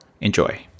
Enjoy